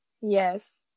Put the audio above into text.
Yes